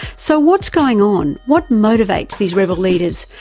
so what's going on? what motivates these rebel leaders,